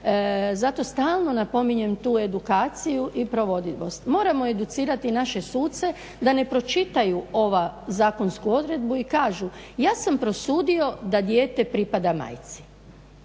zato stalno napominjem tu edukaciju i provodljivost. Moramo educirati naše suce da ne pročitaju ovu zakonsku odredbu i kažu. Ja sam prosudio da dijete pripada majci